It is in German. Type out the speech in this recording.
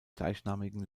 gleichnamigen